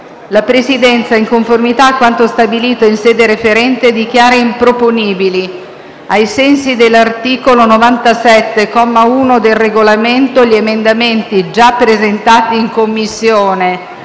la Presidenza, in conformità a quanto stabilito in sede referente, dichiara improponibili, ai sensi dell'articolo 97, comma 1, del Regolamento, gli emendamenti già presentati in Commissione: